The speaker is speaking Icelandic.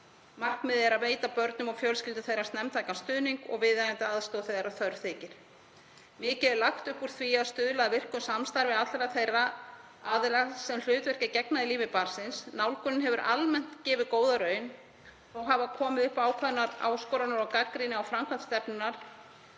Markmiðið er að veita börnum og fjölskyldum þeirra snemmtækan stuðning og viðeigandi aðstoð þegar þörf þykir. Mikið er lagt upp úr því að stuðla að virku samstarfi allra þeirra aðila sem hlutverki gegna í lífi barnsins. Nálgunin hefur almennt gefið góða raun. Þó hafa komið upp ákveðnar áskoranir og gagnrýni á framkvæmd stefnunnar